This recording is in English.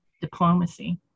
diplomacy